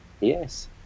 Yes